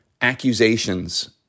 accusations